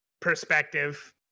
perspective